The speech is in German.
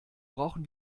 brauchen